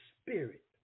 spirit